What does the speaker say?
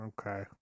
Okay